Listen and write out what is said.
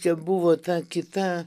kiek buvo ta kita